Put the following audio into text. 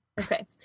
Okay